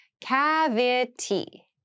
Cavity